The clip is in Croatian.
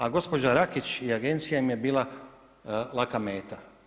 A gospođa Rakić i agencija im je bila laka meta.